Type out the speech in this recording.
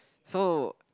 so